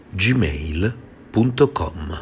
gmail.com